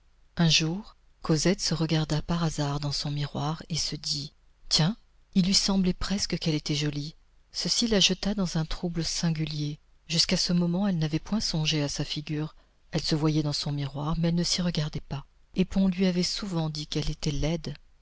un jour cosette se regarda par hasard dans son miroir et se dit tiens il lui semblait presque qu'elle était jolie ceci la jeta dans un trouble singulier jusqu'à ce moment elle n'avait point songé à sa figure elle se voyait dans son miroir mais elle ne s'y regardait pas et puis on lui avait souvent dit qu'elle était laide